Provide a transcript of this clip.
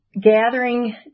gathering